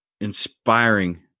inspiring